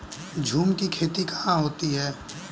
झूम की खेती कहाँ होती है?